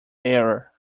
error